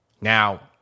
Now